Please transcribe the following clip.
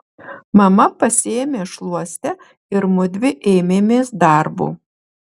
mama pasiėmė šluostę ir mudvi ėmėmės darbo